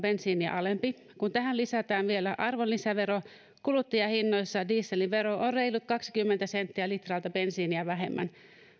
bensiiniä alempi kun tähän lisätään vielä arvonlisävero kuluttajahinnoissa dieselin vero on reilut kaksikymmentä senttiä litralta bensiiniä vähemmän